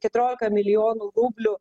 keturiolika milijonų rublių